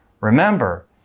Remember